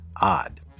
odd